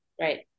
Right